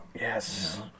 Yes